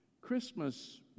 Christmas